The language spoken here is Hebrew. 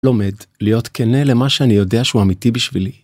לומד, להיות כנה למה שאני יודע שהוא אמיתי בשבילי.